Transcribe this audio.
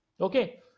okay